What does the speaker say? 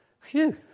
Phew